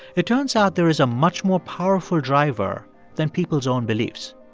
it turns out there is a much more powerful driver than people's own beliefs.